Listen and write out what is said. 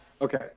Okay